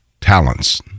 talents